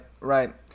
right